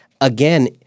again